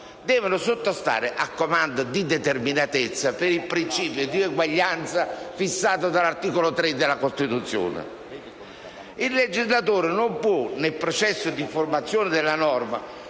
devono sottostare al comando della determinatezza per il principio di uguaglianza fissato dall'articolo 3 della Costituzione. Il legislatore, nel processo di formazione della norma,